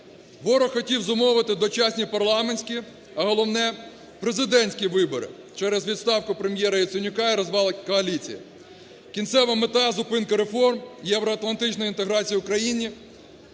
Ворог хотів зумовити дочасні парламентські, а головне – президентські вибори через відставку Прем'єра Яценюка і розвал коаліції, кінцева мета – зупинка реформ, євроатлантичної інтеграції України,